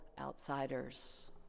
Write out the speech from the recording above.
outsiders